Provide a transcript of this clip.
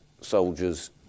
soldiers